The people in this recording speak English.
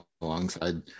alongside